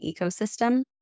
ecosystem